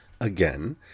Again